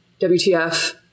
WTF